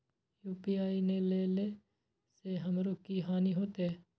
UPI ने लेने से हमरो की हानि होते?